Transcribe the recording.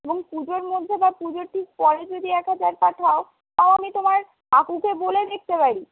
এবং পুজোর মধ্যে বা পুজোর ঠিক পরে যদি একহাজার পাঠাও তাও আমি তোমার কাকুকে বলে দেখতে পারি